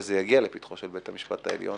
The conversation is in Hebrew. וזה יגיע לפתחו של בית המשפט העליון,